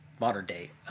modern-day